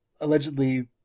Allegedly